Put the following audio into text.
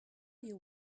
you